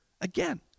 Again